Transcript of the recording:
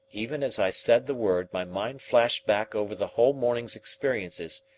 even as i said the word, my mind flashed back over the whole morning's experiences,